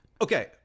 Okay